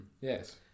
Yes